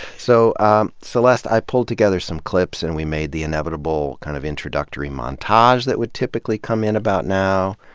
so um celeste, i pulled together some clips and we made the inevitable kind of introductory montage that would typ ically come in about now,